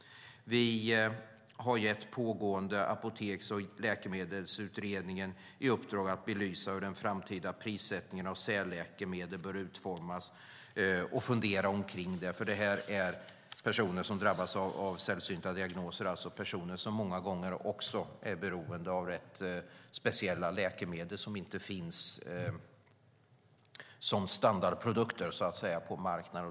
Vi har gett den pågående Läkemedels och apoteksutredningen i uppdrag att belysa hur den framtida prissättningen av särläkemedel bör utformas. De personer som drabbas av sällsynta diagnoser är personer som många gånger också är beroende av rätt speciella läkemedel som inte finns som standardprodukter på marknaden.